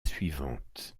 suivante